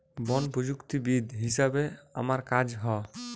বন প্রযুক্তিবিদ হিসাবে আমার কাজ হ